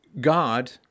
God